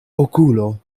okulo